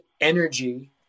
energy